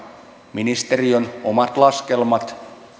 ministeriön omat laskelmat